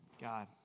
God